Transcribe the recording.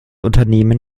unternehmen